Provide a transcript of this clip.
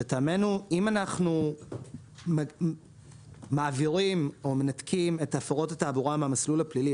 לטעמנו אם אנחנו מעבירים דאו מנתקים את הפרות התעבורה מהמסלול הפלילי,